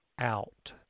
out